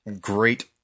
great